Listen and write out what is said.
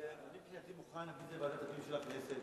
אני מבחינתי מוכן להעביר את זה לוועדת הפנים של הכנסת.